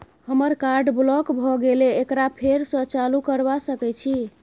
हमर card block भ गेले एकरा फेर स चालू करबा सके छि?